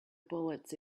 bullets